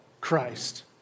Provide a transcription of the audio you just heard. Christ